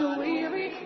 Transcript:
weary